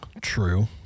True